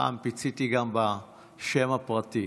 הפעם פיציתי גם בשם הפרטי.